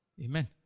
amen